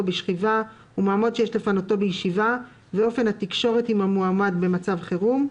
בשכיבה ומועמד שיש לפנותו בישיבה ואופן התקשורת עם המועמד במצב חירום,